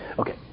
Okay